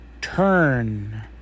turn